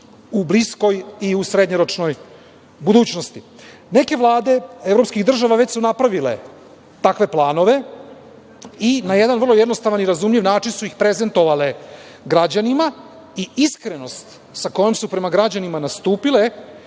u bliskoj i u srednjoročnoj budućnosti? Neke vlade evropskih država već su napravile takve planove i na jedan vrlo jednostavan i razumljiv način su ih prezentovale građanima. Iskrenost sa kojom su prema građanima nastupile